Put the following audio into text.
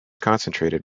concentrated